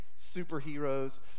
superheroes